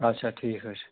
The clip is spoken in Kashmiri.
اَچھا ٹھیٖک حظ چھُ